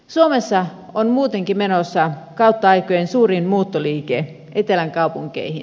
suomessa on muutenkin menossa kautta aikojen suurin muuttoliike etelän kaupunkeihin